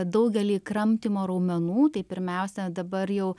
daugelį kramtymo raumenų tai pirmiausia dabar jau